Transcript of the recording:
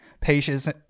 patience